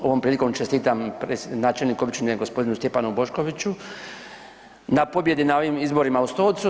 Ovom prilikom čestitam načelniku općine gospodinu Stjepanu Boškoviću na pobjedi na ovim izborima u Stocu.